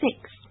six